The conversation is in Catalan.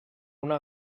una